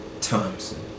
Thompson